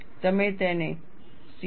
તમે તેને C T